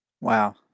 Wow